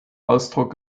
ausdruck